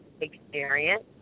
experience